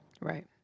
right